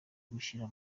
gushyira